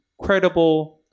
credible